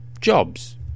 jobs